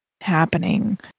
happening